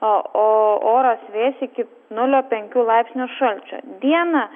o oras vės iki nulio penkių laipsnių šalčio dieną